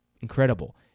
incredible